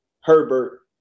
Herbert